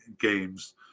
games